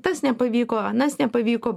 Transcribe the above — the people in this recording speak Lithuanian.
tas nepavyko anas nepavyko